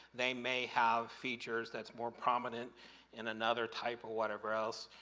they may have features that's more prominent in another type of whatever else.